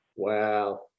Wow